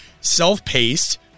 self-paced